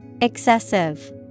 Excessive